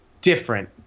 different